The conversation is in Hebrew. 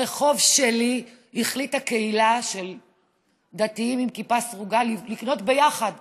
ברחוב שלי החליטה קהילה של דתיים עם כיפה סרוגה לקנות ביחד